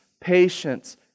patience